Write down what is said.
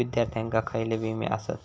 विद्यार्थ्यांका खयले विमे आसत?